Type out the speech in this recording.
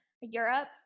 Europe